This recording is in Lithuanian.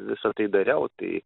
visa tai dariau tai